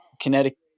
Connecticut